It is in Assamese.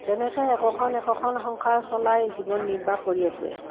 তেনেকৈ একোখন একোখন সংসাৰ চলাই জীৱন নিৰ্বাহ কৰি আছে